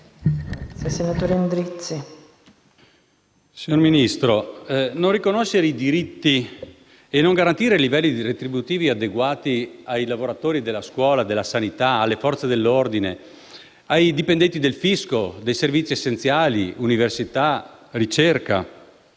Signor Ministro, non riconoscere i diritti e non garantire livelli retributivi adeguati ai lavoratori della scuola, della sanità, alle Forze dell'ordine, ai dipendenti del fisco, dei servizi essenziali, dell'università e della